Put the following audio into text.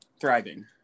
Thriving